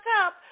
up